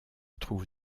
trouve